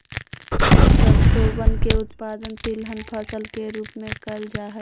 सरसोवन के उत्पादन तिलहन फसल के रूप में कइल जाहई